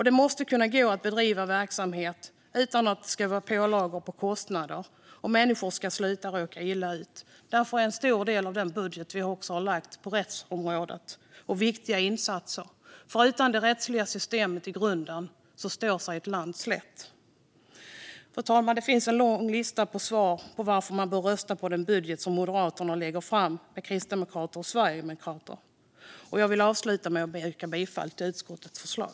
Det måste kunna gå att bedriva verksamhet utan att det ska vara pålagor på kostnader. Människor ska inte behöva råka illa ut längre. Därför går en stor del av den budget vi har lagt till rättsområdet och viktiga insatser där. Utan det rättsliga systemet i grunden står ett land sig slätt. Fru talman! Det finns en lång lista på svar på varför man bör rösta på den budget som Moderaterna lägger fram med Kristdemokraterna och Sverigedemokraterna. Jag vill avsluta med att yrka bifall till utskottets förslag.